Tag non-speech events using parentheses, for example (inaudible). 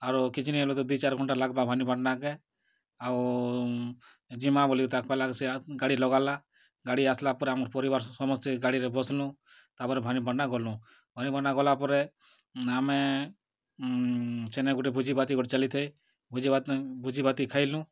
ଆରୁ କିଛି ନାଇଁ ବୋଲେ ଦି ଚାରି ଘଣ୍ଟା ଲାଗ୍ବ ଭବାନୀପଟଣା କେ ଆଉ ଯିବାଁ ବୋଲି ତାକୁ ଲାଗ୍ସି (unintelligible) ଗାଡ଼ି ଲଗାଲା ଗାଡ଼ି ଆସିଲା ପରେ ଆମ ପରିବାର ସମସ୍ତେ ଗାଡ଼ିରେ ବସିଲୁଁ ତାପରେ ଭବାନୀପାଟଣା ଗଲୁ ଭବାନୀପାଟଣା ଗଲା ପରେ ଆମେ ସେନେ ଗୋଟେ ଭୋଜି ଭାତି ଗୋଟେ ଚାଲି ଥାଏ ଭୋଜି ଭାତ ଭୋଜି ଭାତି ଖାଇଲୁ